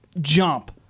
jump